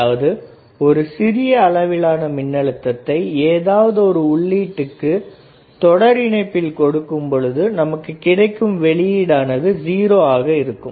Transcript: அதாவது ஒரு சிறிய அளவிலான மின்னழுத்தத்தை ஏதாவது ஒரு உள்ளீட்டுக்கு தொடர் இணைப்பில் கொடுக்கும்பொழுது நமக்கு கிடைக்கும் வெளியீடு ஆனது ஜீரோ ஆக இருக்கும்